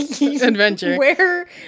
adventure